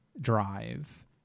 drive